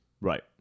right